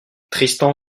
tristan